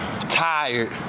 Tired